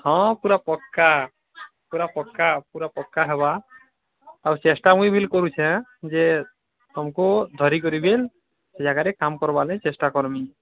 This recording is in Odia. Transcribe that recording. ହଁ ପୁରା ପକା ପୁରା ପକା ପୁରା ପକା ହେବା ଆଉ ଚେଷ୍ଟା ମୁଇଁ ବିଲ୍ କରୁଛେଁ ଯେ ତମକୁ ଧରିକରି ବିଲ୍ ସେ ଜାଗାରେ କାମ୍ କର୍ବାର ଲାଗି ଚେଷ୍ଟା କର୍ମି